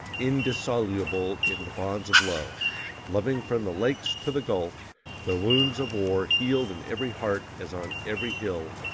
indissoluble in the bonds of love loving from the lakes to the gulf the wounds of war healed in every heart as on every hill,